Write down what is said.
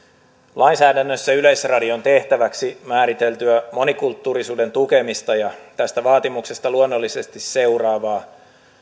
lainsäädännössä yleisradion tehtäväksi määriteltyä monikulttuurisuuden tukemista ja tästä vaatimuksesta luonnollisesti seuraavaa